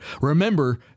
Remember